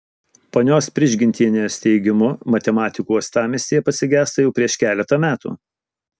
ponios prižgintienės teigimu matematikų uostamiestyje pasigesta jau prieš keletą metų